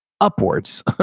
upwards